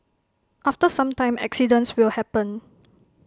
after some time accidents will happen